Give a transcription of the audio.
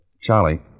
Charlie